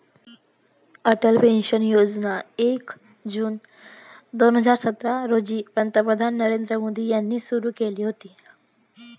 Atal pension योजना एक June दोन हजार सतरा रोजी पंतप्रधान नरेंद्र मोदी यांनी सुरू केली होती